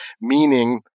meaning